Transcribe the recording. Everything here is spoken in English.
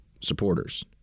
supporters